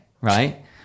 right